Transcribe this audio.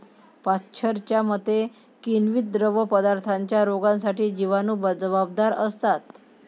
पाश्चरच्या मते, किण्वित द्रवपदार्थांच्या रोगांसाठी जिवाणू जबाबदार असतात